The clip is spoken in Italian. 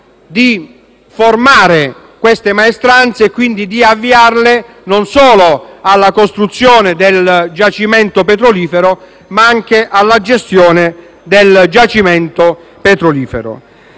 di formare queste maestranze e quindi avviarle non solo alla costruzione del giacimento petrolifero, ma anche alla sua gestione. Con questo voglio